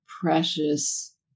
precious